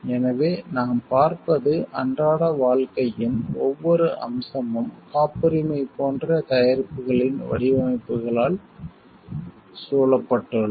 எனவே நாம் பார்ப்பது அன்றாட வாழ்க்கையின் ஒவ்வொரு அம்சமும் காப்புரிமை போன்ற தயாரிப்புகளின் வடிவமைப்புகளால் சூழப்பட்டுள்ளது